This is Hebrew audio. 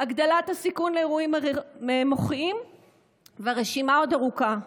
הגדלת הסיכון לאירועים מוחיים והרשימה עוד ארוכה.